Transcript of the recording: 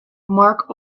marc